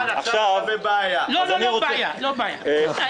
מה נעשה החוק לא יודע להבחין בין יהודים